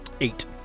Eight